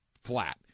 flat